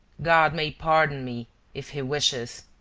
god may pardon me if he wishes,